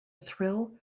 thrill